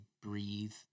breathe